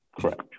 Correct